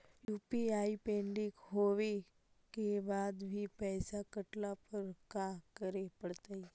UPI pending होवे के बाद भी पैसा कटला पर का करे पड़तई?